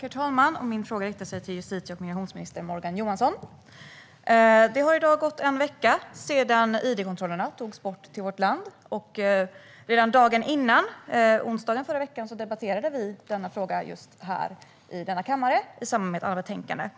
Herr talman! Min fråga riktar sig till justitie och migrationsminister Morgan Johansson. Det har i dag gått en vecka sedan id-kontrollerna till vårt land togs bort. Redan dagen innan, förra onsdagen, debatterade vi frågan här i kammaren i samband med ett betänkande.